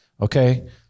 Okay